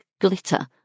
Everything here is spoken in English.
glitter